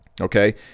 Okay